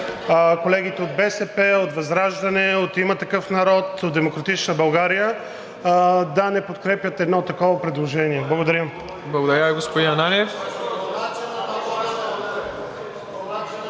колегите от БСП, от ВЪЗРАЖДАНЕ, от „Има такъв народ“, от „Демократична България“, да не подкрепят едно такова предложение. Благодаря.